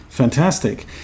Fantastic